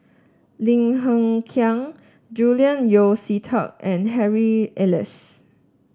Lim Hng Kiang Julian Yeo See Teck and Harry Elias